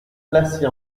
placés